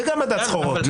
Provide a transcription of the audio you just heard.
זה גם מדד סחורות.